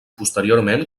posteriorment